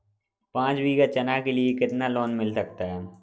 पाँच बीघा चना के लिए कितना लोन मिल सकता है?